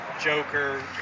joker